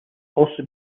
also